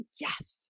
Yes